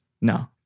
No